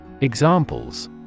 Examples